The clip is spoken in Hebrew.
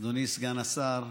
אדוני סגן השר.